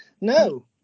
No